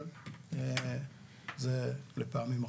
אבל זה לפעמים אחרות.